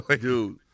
Dude